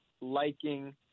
liking